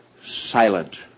silent